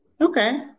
Okay